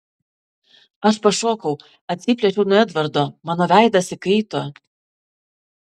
aš pašokau atsiplėšiau nuo edvardo mano veidas įkaito